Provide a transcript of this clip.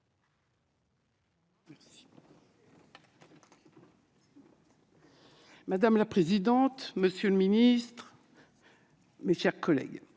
Madame la présidente, madame la ministre, mes chers collègues,